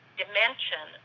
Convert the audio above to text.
dimension